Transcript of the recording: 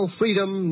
freedom